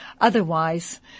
Otherwise